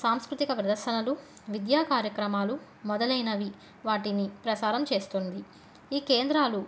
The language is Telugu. సాంస్కృతిక ప్రదర్శనలు విద్యా కార్యక్రమాలు మొదలైనవి వాటిని ప్రసారం చేస్తుంది ఈ కేంద్రాలు